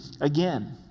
again